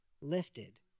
lifted